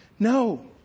No